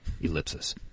Ellipsis